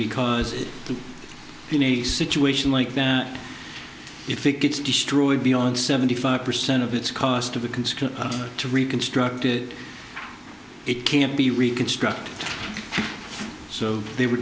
because in a situation like that if it gets destroyed beyond seventy five percent of its cost of a concern to reconstruct it it can't be reconstructed so they were